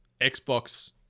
Xbox